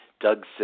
Doug